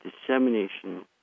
dissemination